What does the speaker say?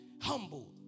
humbled